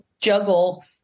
juggle